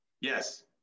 Yes